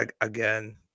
again